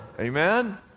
Amen